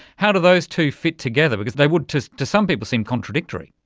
how do those two fit together? because they would to to some people seem contradictory.